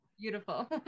Beautiful